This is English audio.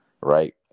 right